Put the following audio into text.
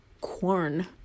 Corn